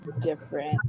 different